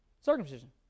Circumcision